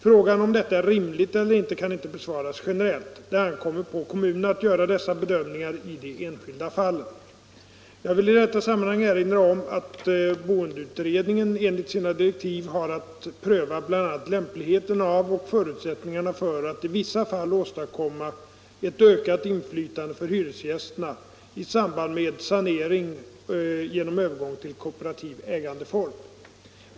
Frågan om detta är rimligt eller inte kan inte besvaras generellt. Det ankommer på kommunerna att göra dessa bedömningar i de enskilda fallen. Jag vill i detta sammanhang erinra om att boendeutredningen enligt sina direktiv har att pröva bl.a. lämpligheten av och förutsättningarna för att i vissa fall åstadkomma ett ökat inflytande för hyresgästerna i samband med sanering genom övergång till kooperativ ägandeform.